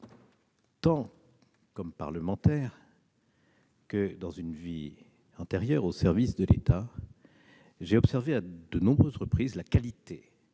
tant que parlementaire et, dans une vie antérieure, au service de l'État, j'ai observé à de nombreuses reprises la qualité